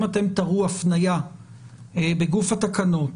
אם אתם תראו הפניה בגוף התקנות